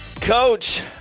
Coach